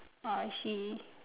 I see